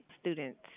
students